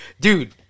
dude